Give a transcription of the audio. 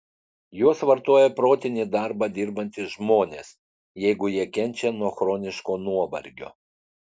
juos vartoja protinį darbą dirbantys žmonės jeigu jie kenčia nuo chroniško nuovargio